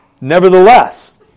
nevertheless